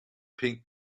pink